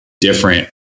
different